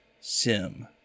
Sim